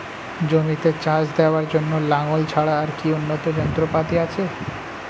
জমিতে চাষ দেওয়ার জন্য লাঙ্গল ছাড়া আর কি উন্নত যন্ত্রপাতি আছে?